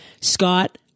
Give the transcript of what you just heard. Scott